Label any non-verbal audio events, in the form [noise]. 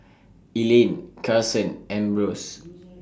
Elayne Karson and Ambrose [noise]